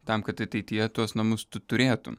tam kad ateityje tuos namus tu turėtum